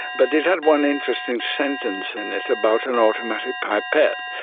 but it had one interesting sentence in it about an automatic pipette.